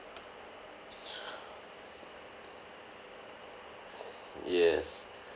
yes